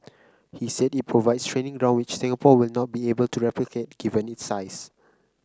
he said it provides training ground which Singapore will not be able to replicate given its size